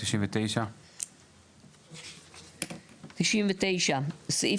99. סעיף